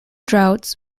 droughts